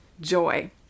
joy